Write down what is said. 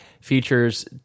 features